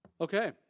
Okay